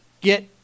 get